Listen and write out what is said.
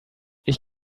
ich